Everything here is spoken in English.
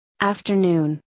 afternoon